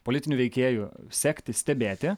politinių veikėjų sekti stebėti